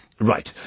Right